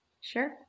Sure